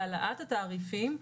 להעלאת התעריפים,